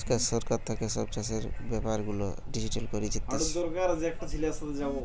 আজকাল সরকার থাকে সব চাষের বেপার গুলা ডিজিটাল করি দিতেছে